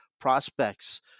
prospects